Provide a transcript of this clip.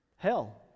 hell